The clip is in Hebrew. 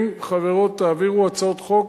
חברים, חברות, תעבירו הצעות חוק